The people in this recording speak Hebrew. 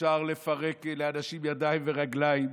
אפשר לפרק לאנשים ידיים ורגליים,